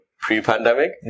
pre-pandemic